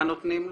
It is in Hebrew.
מה נותנים לו.